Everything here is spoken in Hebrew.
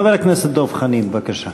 חבר הכנסת דב חנין, בבקשה.